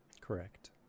Correct